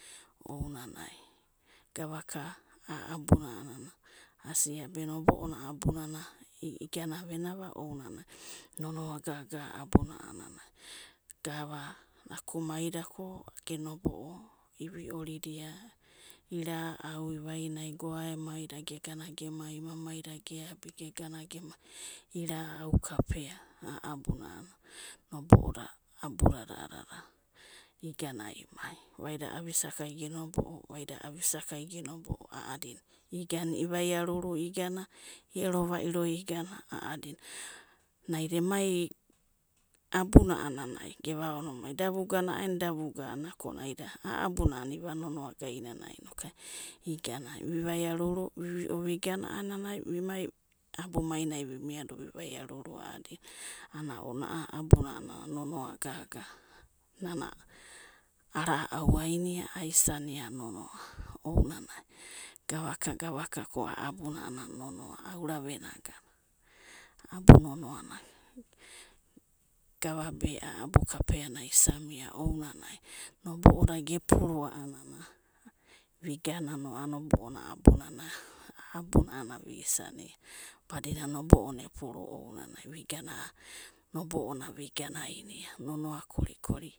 Ounanai gevaka, a'a abuna a'anana aisiava be nobo'ona abunana, igana veniava ainanai nonoa gaga abuna a'anana gava nakumaida ko ge nobo'o iviorida, ira'au i'vainai goaemaida ge gana ge mai, ima'maida ge abi, ge gana ge abi, ira'au kapea a'a abuna nobo'o abudada igana imai, vaida avisakai ge nobo'o, vaida avisakai ge nobo'o a'adina, igana ivaiaruru igana, i'ero vairo igana a'adina, naida emai abuna a'anana ge vaonomai da vugana a'a enanai, da vugana a'a enana, ko naida a'a abuna a'anana iva nonoa gainanai igana vi vaiaruru vigana, a'anana vi mai abumainai vi miado vi vaiaruru a'adina ana ounanai a'a abuna nonoa gaga, nana ana'au ainia aisania nonoa ounanai, gavaka, gavaka ko a'a abuna nonoa auna venia abu nonoa'na gavabe kapeana isa mia ounanai, nobo'oda ge puru va a'anana vi gana no a'a nobo'oda abunana, a'a abuna vi isania badinana nobo'o na epuruva ounanai vi gana a'a nobo'ona vi gana ainia.